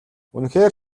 үнэхээр